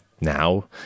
now